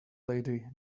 lady